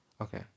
okay